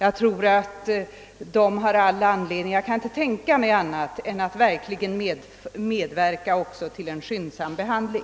arbetet. Jag kan inte tänka mig annat än att de också vill medverka till en skyndsam behandling.